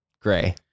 Gray